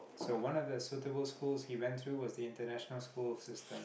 so one of the suitable school he went to was the international school system